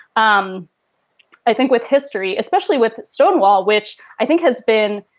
um i think with history, especially with stonewall, which i think has been